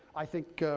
i think,